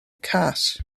cas